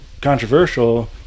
controversial